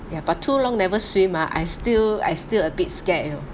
ya but too long never swim ah I still I still a bit scared you know